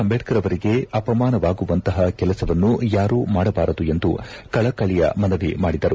ಅಂಬೇಡ್ಕರ್ ಅವರಿಗೆ ಅಪಮಾನವಾಗುವಂತಹ ಕೆಲಸವನ್ನು ಯಾರೂ ಮಾಡಬಾರದು ಎಂದು ಕಳಕಳಿಯ ಮನವಿ ಮಾಡಿದರು